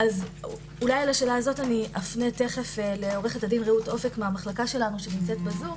אולי על השאלה הזאת אפנה תכף לעו"ד רעות אופק מהמחלקה שלנו שנמצאת בזום.